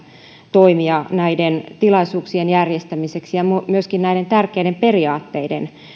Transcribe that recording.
toimia näiden tilaisuuksien järjestämiseksi ja myöskin näiden tärkeiden periaatteiden